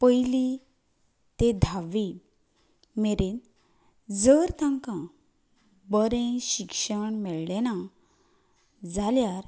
पयली ते धावी मेरेन जर तांकां बरें शिक्षण मेळ्ळें ना जाल्यार